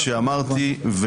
שוב